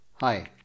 Hi